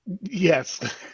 Yes